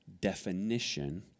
definition